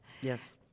Yes